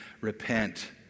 repent